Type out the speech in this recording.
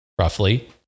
roughly